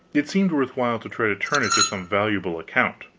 it seemed worth while to try to turn it to some valuable account.